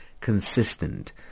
consistent